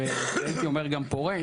והייתי אומר גם פורה,